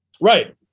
Right